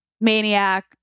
maniac